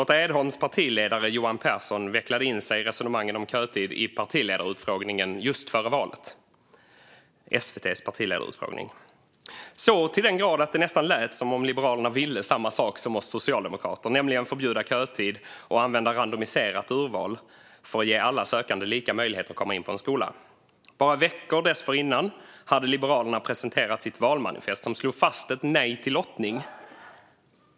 Lotta Edholms partiledare Johan Pehrson vecklade ju in sig i resonemangen om kötid i SVT:s partiledarutfrågning just före valet - så till den grad att det nästan lät som om Liberalerna ville samma sak som vi socialdemokrater, nämligen att förbjuda kötid och använda randomiserat urval för att ge alla sökande lika möjlighet att komma in på en skola. Bara veckor dessförinnan hade Liberalerna presenterat sitt valmanifest, som slog fast ett nej till lottning.